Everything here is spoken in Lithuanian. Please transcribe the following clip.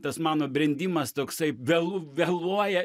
tas mano brendimas toksai vėl vėluoja